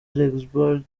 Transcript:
luxembourg